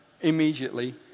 immediately